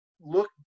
look